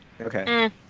Okay